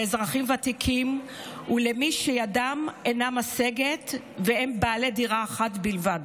לאזרחים ותיקים ולמי שידם אינה משגת והם בעלי דירה אחת בלבד.